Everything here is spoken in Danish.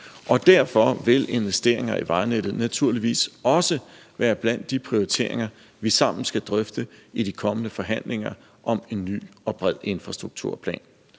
Derfor vil investeringer i vejnettet naturligvis også være blandt de prioriteringer, vi sammen skal drøfte i de kommende forhandlinger om en ny og bred infrastrukturplan.